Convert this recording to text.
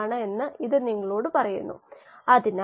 rpαrxβx മറ്റ് പല മോഡലുകളും ലഭ്യമാണ്